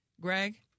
Greg